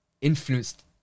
influenced